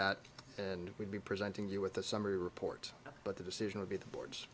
that and we'd be presenting you with a summary report but the decision would be the board